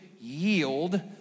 yield